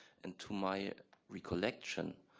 and to my recollection,